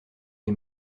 les